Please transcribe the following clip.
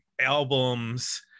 albums